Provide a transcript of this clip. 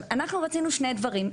אנחנו רצינו שני דברים,